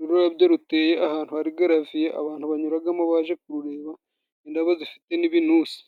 ururabyo ruteye ahantu hari garaviye, abantu banyuragamo baje kurureba, indabo zifite n'ibinusi.